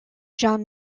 john